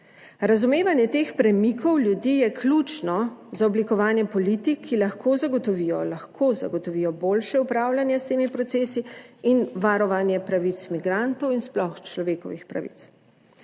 Razumevanje teh premikov ljudi je ključno za oblikovanje politik, ki lahko zagotovijo, lahko zagotovijo boljše upravljanje s temi procesi in varovanje pravic migrantov in sploh človekovih pravic.